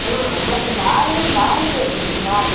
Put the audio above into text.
ಹ್ಞೂ ಮತ್ತೆ ಮಾಲೆ ಮಾಲೆ ಬೇಕು ನಮಗೆ ಮಾಲೆ